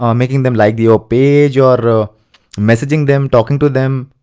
um making them like your page or ah messaging them, talking to them,